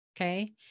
Okay